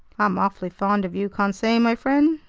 i'm awfully fond of you, conseil my friend,